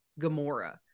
Gamora